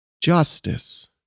justice